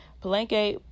Palenque